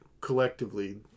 collectively